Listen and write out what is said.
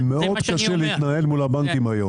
ומאוד קשה להתנהל מול הבנקים היום.